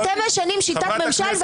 אתם משנים שיטת ממשל,